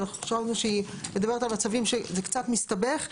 אבל אנחנו חשבנו שהיא מדברת על מצבים שזה קצת מסתבך.